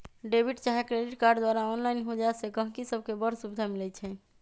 debit चाहे credit card द्वारा online हो जाय से गहकि सभके बड़ सुभिधा मिलइ छै